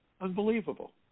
Unbelievable